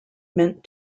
meant